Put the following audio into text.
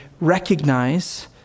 recognize